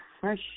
fresh